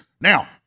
Now